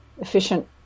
efficient